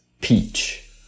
Peach